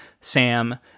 Sam